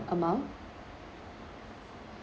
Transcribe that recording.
amount